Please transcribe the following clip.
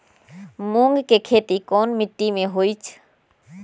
मूँग के खेती कौन मीटी मे होईछ?